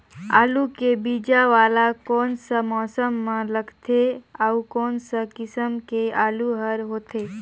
आलू के बीजा वाला कोन सा मौसम म लगथे अउ कोन सा किसम के आलू हर होथे?